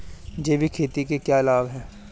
जैविक खेती के क्या लाभ हैं?